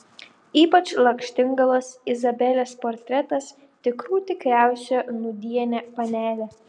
ypač lakštingalos izabelės portretas tikrų tikriausia nūdienė panelė